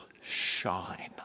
shine